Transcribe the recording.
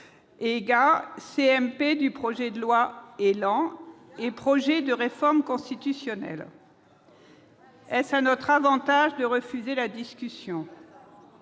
ÉGALIM, CMP du projet de loi ÉLAN et projet de réforme constitutionnelle ? Est-ce à notre avantage de refuser la discussion ?